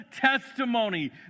testimony